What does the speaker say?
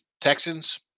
Texans